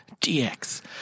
DX